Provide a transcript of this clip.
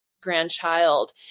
grandchild